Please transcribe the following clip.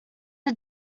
are